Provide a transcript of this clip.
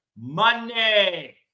Money